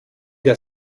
der